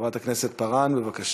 חברת הכנסת פארן, בבקשה.